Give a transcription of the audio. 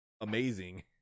amazing